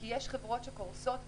כי יש חברות שקורסות,